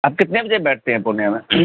آپ کتنے بجے بیٹھتے ہیں پورنیہ میں